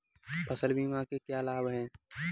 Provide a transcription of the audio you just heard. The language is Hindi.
फसल बीमा के क्या लाभ हैं?